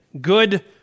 good